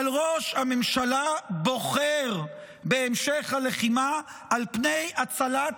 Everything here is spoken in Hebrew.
אבל ראש הממשלה בוחר בהמשך הלחימה על פני הצלת